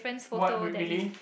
what real~ really